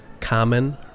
common